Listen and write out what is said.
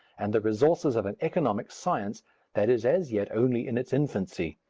and the resources of an economic science that is as yet only in its infancy.